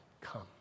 come